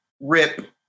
Rip